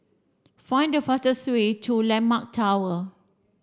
find the fastest way to Landmark Tower